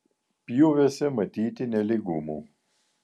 pjūviuose matyti nelygumų